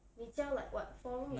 你家 like what four